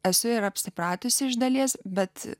esu ir apsipratusi iš dalies bet